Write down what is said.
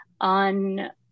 On